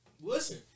Listen